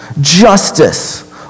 justice